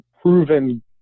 proven